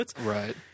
Right